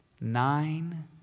Nine